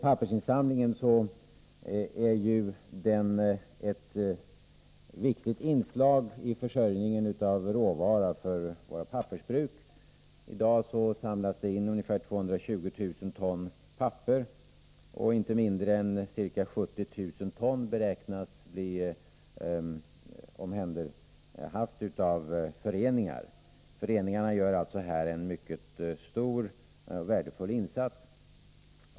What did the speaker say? Pappersinsamlingen är ett viktigt inslag i försörjningen av råvara för våra pappersbruk. I dag samlas det in ungefär 220 000 ton papper, och inte mindre än ca 70 000 ton beräknas bli omhänderhaft av föreningar. Föreningarna gör alltså här en mycket stor och värdefull insats.